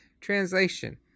translation